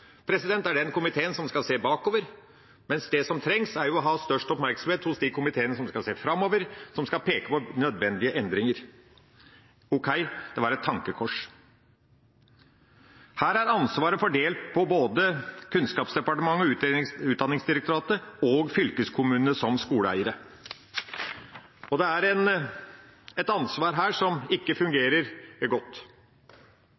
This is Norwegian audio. hos de komiteene som skal se framover, som skal peke på nødvendige endringer. Ok, det var et tankekors. Her er ansvaret fordelt på både Kunnskapsdepartementet, Utdanningsdirektoratet og fylkeskommunene, som skoleeiere. Det er et ansvar her som ikke